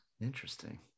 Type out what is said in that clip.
interesting